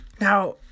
now